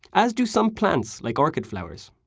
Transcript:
as do some plants like orchid flowers.